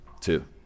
two